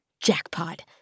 jackpot